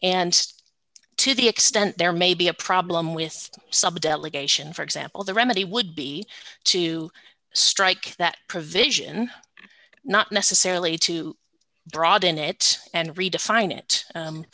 and to the extent there may be a problem with some delegates in for example the remedy would be to strike that provision not necessarily to broaden it and redefine it